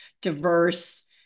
diverse